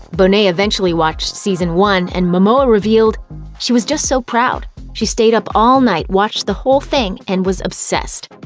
bonet eventually watched season one, and momoa revealed she was just so proud, she stayed up all night, watched the whole thing, and was obsessed!